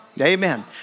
Amen